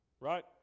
Right